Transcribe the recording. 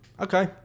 Okay